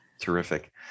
Terrific